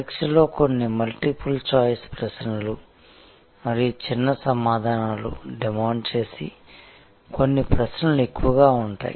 పరీక్షలో కొన్ని multiple choice ప్రశ్నలు మరియు చిన్న సమాధానాలు డిమాండ్ చేసే కొన్ని ప్రశ్నలు ఎక్కువగా ఉంటాయి